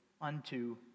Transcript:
unto